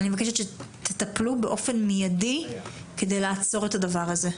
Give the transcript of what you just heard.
אני מבקשת שתטפלו באופן מיידי כדי לעצור את הדבר הזה.